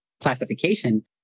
classification